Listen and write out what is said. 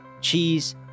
cheese